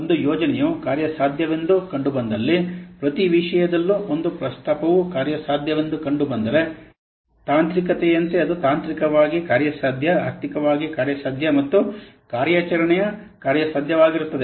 ಒಂದು ಯೋಜನೆಯು ಕಾರ್ಯಸಾಧ್ಯವೆಂದು ಕಂಡುಬಂದಲ್ಲಿ ಪ್ರತಿ ವಿಷಯದಲ್ಲೂ ಒಂದು ಪ್ರಸ್ತಾಪವು ಕಾರ್ಯಸಾಧ್ಯವೆಂದು ಕಂಡುಬಂದರೆ ತಾಂತ್ರಿಕತೆಯಂತೆ ಅದು ತಾಂತ್ರಿಕವಾಗಿ ಕಾರ್ಯಸಾಧ್ಯ ಆರ್ಥಿಕವಾಗಿ ಕಾರ್ಯಸಾಧ್ಯ ಮತ್ತು ಕಾರ್ಯಾಚರಣೆಯ ಕಾರ್ಯಸಾಧ್ಯವಾಗಿರುತ್ತದೆ